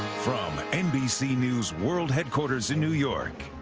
from nbc news world headquarters in new york,